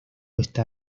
está